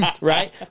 right